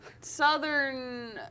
southern